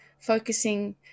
focusing